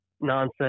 nonsense